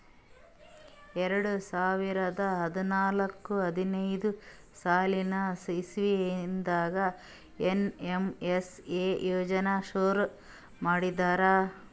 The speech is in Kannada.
ಎರಡ ಸಾವಿರದ್ ಹದ್ನಾಲ್ಕ್ ಹದಿನೈದ್ ಸಾಲಿನ್ ಇಸವಿದಾಗ್ ಏನ್.ಎಮ್.ಎಸ್.ಎ ಯೋಜನಾ ಶುರು ಮಾಡ್ಯಾರ್